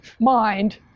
mind